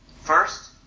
First